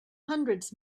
hundreds